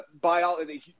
biology